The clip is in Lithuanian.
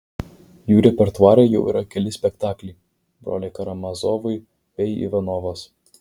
jų repertuare jau yra keli spektakliai broliai karamazovai bei ivanovas